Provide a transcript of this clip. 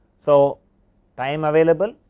so time available,